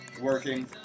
working